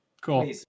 Cool